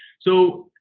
so,